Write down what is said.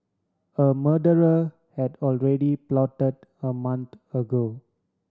a murder had already plotted a month ago